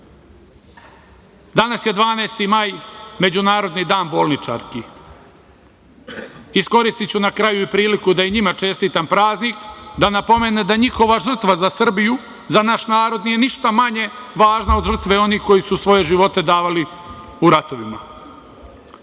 je 12. maj, Međunarodni dan bolničarki. Iskoristiću na kraju i priliku da i njima čestitam praznik, da napomenem da njihova žrtva za Srbiju, za naš narod nije ništa manje važna od žrtve onih koji su svoje živote davali u ratovima.Međutim,